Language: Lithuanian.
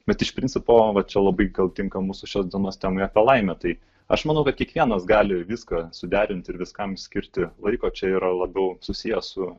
bet iš principo va čia labai gal tinka mūsų šios dienos temai apie laimę tai aš manau kad kiekvienas gali ir viską suderinti ir viskam skirti laiko čia yra labiau susiję su